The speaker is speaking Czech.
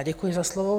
Děkuji za slovo.